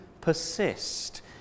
persist